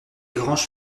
granges